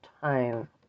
Time